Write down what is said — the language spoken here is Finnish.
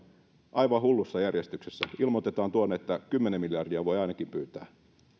aivan hullussa järjestyksessä ilmoitetaan tuonne että kymmenen miljardia voi ainakin pyytää